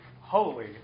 Holy